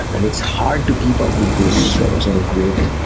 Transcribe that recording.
and it's hard to keep up with this growth,